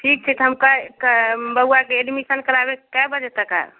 ठीक छै तऽ हम काल्हि बौआके एडमिशन कराबे कै बजे तक आयब